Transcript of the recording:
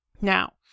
Now